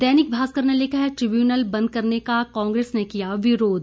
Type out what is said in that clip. दैनिक भास्कर ने लिखा है ट्रिब्यूनल बंद करने का कांग्रेस ने किया विरोध